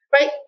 right